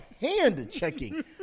hand-checking